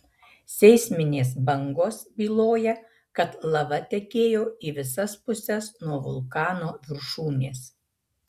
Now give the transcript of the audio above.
seisminės bangos byloja kad lava tekėjo į visas puses nuo vulkano viršūnės